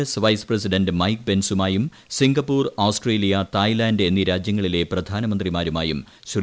S vice president Mike പെൻസുമായും Singapore Australia Thailand എന്നീ രാജൃങ്ങളിലെ പ്രധാനമന്ത്രിമാരുമായും ശ്രീ